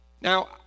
Now